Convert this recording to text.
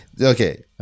Okay